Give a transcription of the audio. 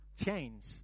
change